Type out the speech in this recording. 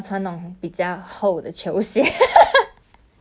okay [what] 你你不是 [what] how tall are you one six